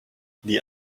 die